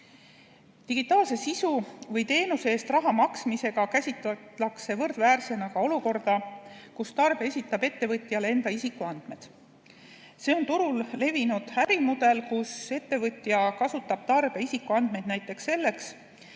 Digitaalse sisu või teenuse eest raha maksmisega võrdväärsena käsitatakse ka olukorda, kus tarbija esitab ettevõtjale enda isikuandmed. See on turul levinud ärimudel, mille korral ettevõtja kasutab tarbija isikuandmeid näiteks selleks,